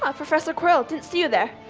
ah professor quirrell, didn't see you there.